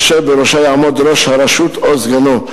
אשר בראשה יעמוד ראש הרשות או סגנו.